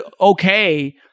okay